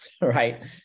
Right